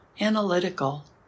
analytical